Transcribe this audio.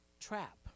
trap